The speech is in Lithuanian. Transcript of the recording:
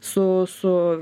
su su